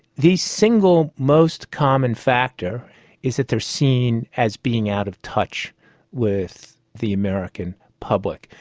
the single most common factor is that they're seen as being out of touch with the american public.